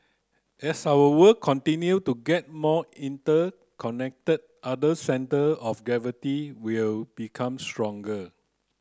as our world continue to get more interconnected other centre of gravity will become stronger